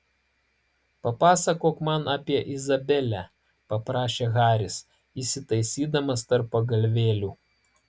papasakok man apie izabelę paprašė haris įsitaisydamas tarp pagalvėlių